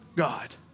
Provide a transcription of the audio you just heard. God